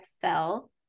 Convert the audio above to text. fell